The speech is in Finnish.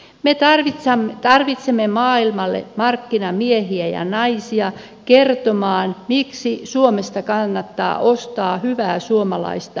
me tarvitsemme maailmalle markkinamiehiä ja naisia kertomaan miksi suomesta kannattaa ostaa hyvää suomalaista laatutuotetta